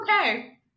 okay